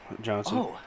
Johnson